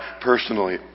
personally